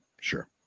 sure